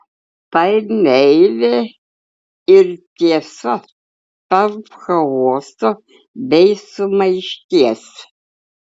tai meilė ir tiesa tarp chaoso bei sumaišties